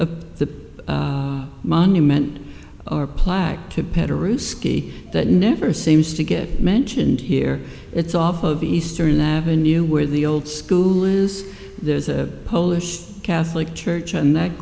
of the monument or plaque to pet a roof ski that never seems to get mentioned here it's off of eastern avenue where the old school is there's a polish catholic church on that